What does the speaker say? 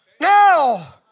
Now